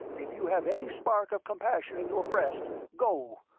if you have any spark of compassion in your breast, go!